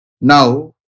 Now